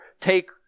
take